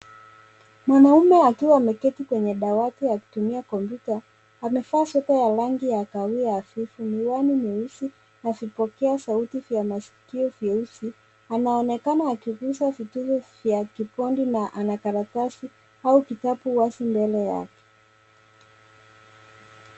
Mwanaume akiwa ameketi kwenye dawati akitumia kompyuta. Amevaa sweta ya rangi ya kahawia hafifu, miwani nyeusi na vipokea sauti vya masikio vyeusi. Anaonekana akiguza vituvo vya kibodi na karatasi au kitabu wazi mbele yake.